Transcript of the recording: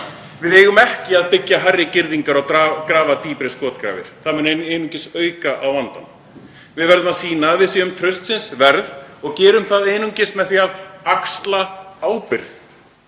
Við eigum ekki að byggja hærri girðingar og grafa dýpri skotgrafir. Það mun einungis auka á vandann. Við verðum að sýna að við séum traustsins verð og gerum það einungis með því að axla ábyrgð